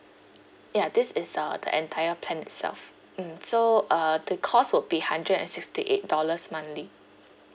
ya this is uh the entire plan itself mm so uh the cost would be hundred and sixty eight dollars monthly